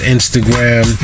Instagram